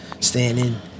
Standing